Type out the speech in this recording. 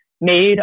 made